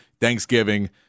Thanksgiving